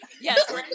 Yes